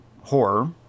horror